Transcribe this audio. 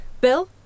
Bill